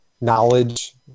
knowledge